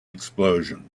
explosion